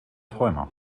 träumer